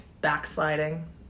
backsliding